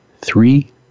three